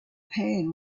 pan